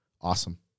awesome